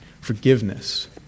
forgiveness